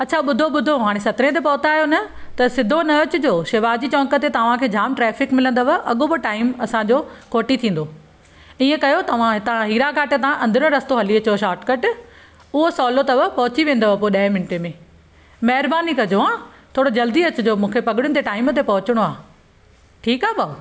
अच्छा ॿुधो ॿुधो हाणे सत्रहें ते पहुता आहियो न त सिधो न अचिजो शिवाजी चौंक ते तव्हांखे जाम ट्रेफिक मिलंदव अॻोपो टाइम असांजो खोटी थींदो ईअं कयो तव्हां हितां हीराकाट तां अंदरियों रस्तो हली अचो शोर्ट कट उहो सवलो अथव पहुची वेंदव पोइ ॾहें मिनटें में महिरबानी कॼो हां थोरो जल्दी अचिजो मूंखे पगड़ियुनि ते टाइम ते पहुचणो आहे ठीक आहे भाउ